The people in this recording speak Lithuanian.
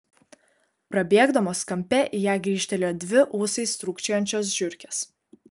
prabėgdamos kampe į ją grįžtelėjo dvi ūsais trūkčiojančios žiurkės